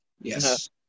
Yes